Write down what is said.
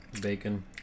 bacon